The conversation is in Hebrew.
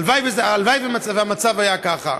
הלוואי שהמצב היה ככה.